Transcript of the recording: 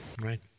right